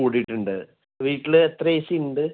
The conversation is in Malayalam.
കൂടീട്ടുണ്ട് വീട്ടിൽ എത്ര ഏ സിയുണ്ട്